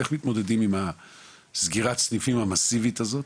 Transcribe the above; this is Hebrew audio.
איך מתמודדים עם סגירת הסניפים המאסיבית הזאת